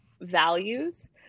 values